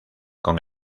con